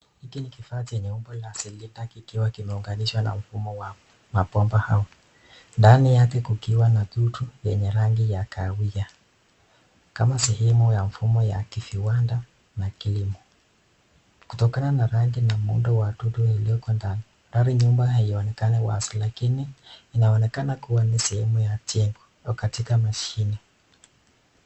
Hiki ni kifaa chenye umbo la cylinder kikiwa kimeunganishwa na mfumo wa mabomba. Ndani yake kukiwa na kitu yenye rangi ya kahawia. Kama sehemu ya mfumo ya kiviwanda na kilimo. Kutokana na rangi na muundo wa dudu iliweko ndani, ndani nyumba haionekani wazi lakini inaonekana kua ni sehemu ya jengo au katika mashini.